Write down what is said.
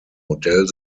modell